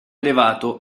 elevato